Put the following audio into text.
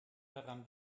daran